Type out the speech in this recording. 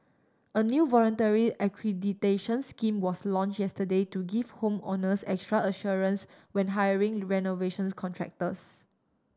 a new voluntary accreditation scheme was launch yesterday to give home owners extra assurance when hiring renovations contractors